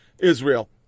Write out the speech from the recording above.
Israel